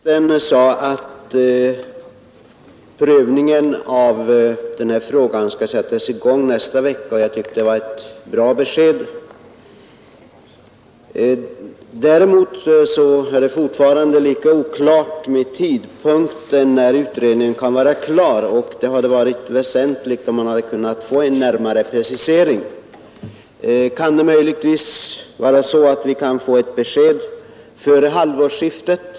Herr talman! Industriministern sade att prövningen av denna fråga skall sättas i gång nästa vecka, och jag tycker att det är ett bra besked. Däremot är det fortfarande lika oklart med tidpunkten när utredningen kan vara klar, och det hade varit väsentligt om man kunnat få en närmare precisering. Kan vi möjligvis få ett besked före halvårsskiftet?